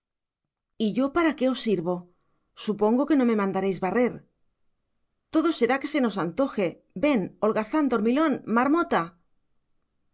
y yo para qué os sirvo supongo que no me mandaréis barrer todo será que se nos antoje ven holgazán dormilón marmota